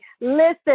Listen